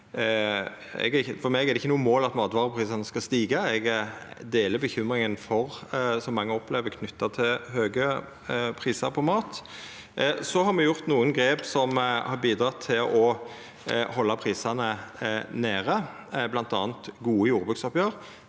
For meg er det ikkje noko mål at matvareprisane skal stiga. Eg deler bekymringa for det mange opplever knytt til høge prisar på mat. Me har gjort nokre grep som har bidratt til å halda prisane nede, bl.a. gode jordbruksoppgjer